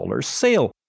sale